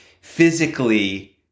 physically